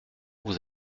vous